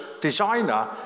designer